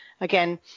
again